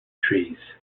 trees